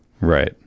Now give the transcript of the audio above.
right